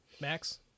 Max